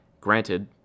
granted